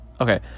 Okay